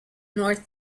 north